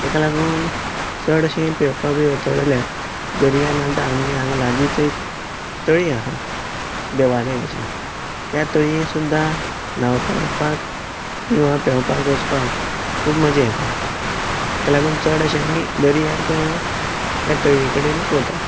तेका लागून चडशे पेवपाक बी वता जाल्यार दर्या ना जाल्यार आमगे हांगा लागीच एक तळी आहा देवालयाची त्या तळयेंत सुद्दां न्हांवपाक वचपाक किंवां पेंवपाक वचपाक खूब मजा येता तेका चड अशें आमी दर्यांत किंवां त्या तळये कडेनूच वतात